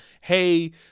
Hey